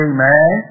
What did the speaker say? Amen